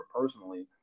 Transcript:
personally